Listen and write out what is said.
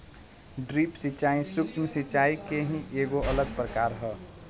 drip सिंचाई, सूक्ष्म सिचाई के ही एगो अलग प्रकार ह